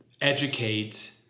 educate